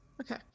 okay